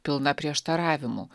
pilna prieštaravimų